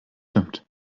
stimmt